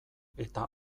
eta